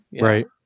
Right